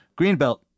Greenbelt